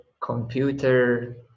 computer